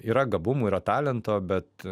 yra gabumų yra talento bet